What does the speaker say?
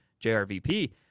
JRVP